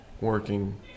working